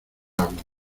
agua